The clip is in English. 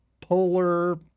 polar